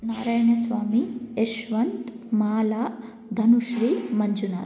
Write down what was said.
Narayana Swamy Yashwant Mala Dhanushree Manjuna